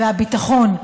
והביטחון,